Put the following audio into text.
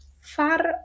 Far